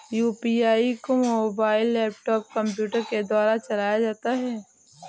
UPI को mobile laptop computer के द्वारा चलाया जाता है